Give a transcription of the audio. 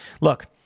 Look